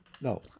no